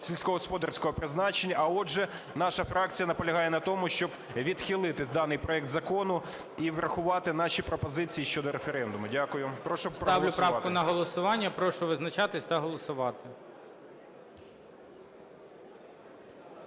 сільськогосподарського призначення. А, отже, наша фракція наполягає на тому, щоб відхилити даний проект закону і врахувати наші пропозиції щодо референдуму. Дякую. Прошу проголосувати. ГОЛОВУЮЧИЙ. Ставлю правку на голосування. Прошу визначатись та голосувати.